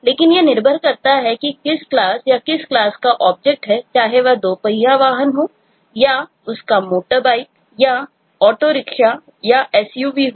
लेकिन यह निर्भर करता है कि किस क्लास या किस क्लास का ऑब्जेक्ट है चाहे वह दोपहिया हो या उसका मोटरबाइक या उसके ऑटो रिक्शा या यह SUV हो